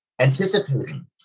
anticipating